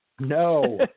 no